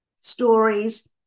stories